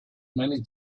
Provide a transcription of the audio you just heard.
many